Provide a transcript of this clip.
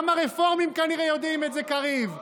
גם הרפורמים כנראה יודעים את זה, קריב.